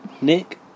Nick